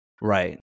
Right